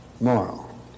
moral